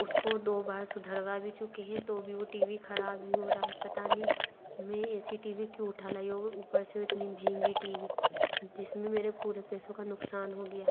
उसको दो बार सुधरवा भी चुके तो भी वो टी वी ख़राब ही होरा है पता नहीं मैं ऐसी टी वी क्यों उठा लाई और ऊपर से इतनी महंगी टी वी जिस में मेरे पूरे पैसों का नुक़सान हो गया